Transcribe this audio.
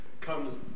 comes